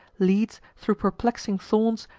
leads, thro' perplexing thorns,